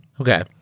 Okay